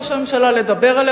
ראש הממשלה,